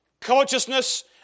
consciousness